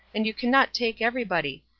and you cannot take everybody.